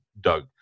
Doug